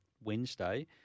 Wednesday